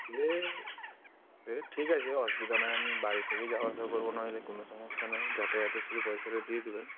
সে সে ঠিক আছে অসুবিধা নেই আমি বাড়ি থেকেই যাওয়া আসা করব নাহলে কোনো সমস্যা নেই যাতায়াতের শুধু পয়সাটা দিয়ে দেবেন